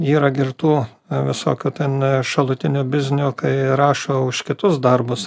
yra gi ir tų visokių ten šalutinių biznių kai rašo už kitus darbus